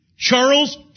Charles